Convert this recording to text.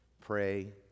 pray